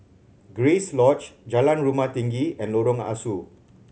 Grace Lodge Jalan Rumah Tinggi and Lorong Ah Soo